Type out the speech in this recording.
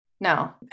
No